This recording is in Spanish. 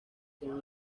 son